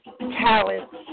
talents